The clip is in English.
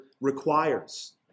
requires